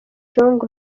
jong